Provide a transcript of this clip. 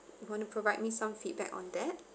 you want to provide me some feedback on that